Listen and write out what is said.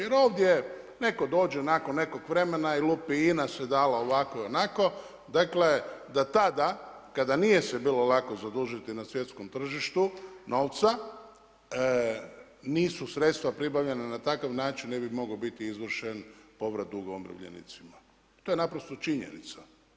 Jer ovdje netko dođe nakon nekog vremena i lupi INA se dala ovako i onako, dakle da tada kada se nije bilo lako zadužiti na svjetskom tržištu novca da nisu sredstva pribavljena na takav način ne bi mogao biti izvršen povrat duga umirovljenicima, to je naprosto činjenica.